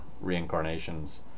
reincarnations